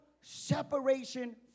separation